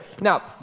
Now